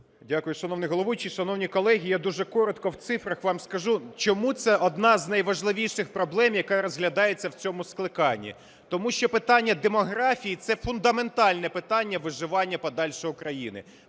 Дякую. Шановний головуючий, шановні колеги, я дуже коротко, в цифрах вам скажу, чому це одна з найважливіших проблем, яка розглядається в цьому скликанні. Тому що питання демографії – це фундаментальне питання виживання подальшого України.